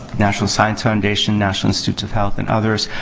national science foundation, national institute of health, and others,